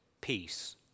peace